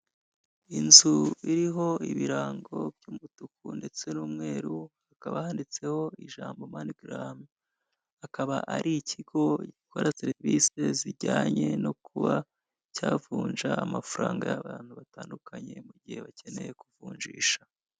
Inzu iriho ibirango by'umutuku ndetse n'umweru, hakaba handitseho ijambo MoneyGram, akaba ari ikigo gikora serivisi zijyanye no kuba cyavunja amafaranga y'abantu batandukanye mu gihe bakeneye kuvunjisha.